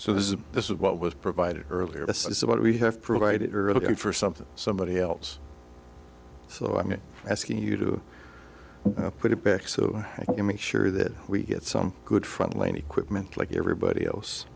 so this is this is what was provided earlier this is what we have provided her looking for something somebody else so i mean asking you to put it back so i can make sure that we get some good frontline equipment like everybody else